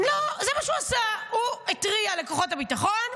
לא, זה מה שהוא עשה, הוא התריע לכוחות הביטחון.